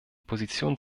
position